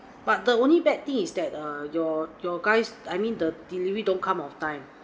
but the only bad thing is that err your your guys I mean the delivery don't come on time